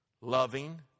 loving